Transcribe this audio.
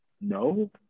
no